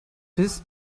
bis